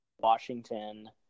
Washington-